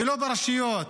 ולא ברשויות,